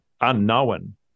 unknown